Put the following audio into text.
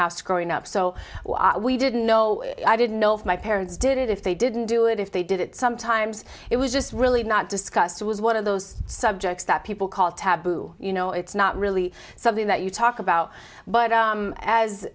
house growing up so we didn't know i didn't know if my parents did it if they didn't do it if they did it sometimes it was just really not discussed it was one of those subjects that people call taboo you know it's not really something that you talk about but as as